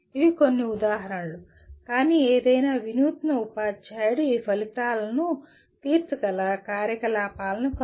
ఇవి కొన్ని ఉదాహరణలు కానీ ఏదైనా వినూత్న ఉపాధ్యాయుడు ఈ ఫలితాలను తీర్చగల కార్యకలాపాలను కనుగొనవచ్చు